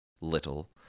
little